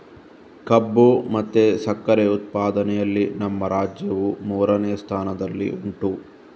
ಕಬ್ಬು ಮತ್ತೆ ಸಕ್ಕರೆ ಉತ್ಪಾದನೆಯಲ್ಲಿ ನಮ್ಮ ರಾಜ್ಯವು ಮೂರನೇ ಸ್ಥಾನದಲ್ಲಿ ಉಂಟು